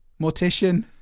mortician